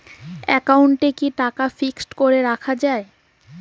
একাউন্টে কি টাকা ফিক্সড করে রাখা যায়?